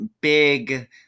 big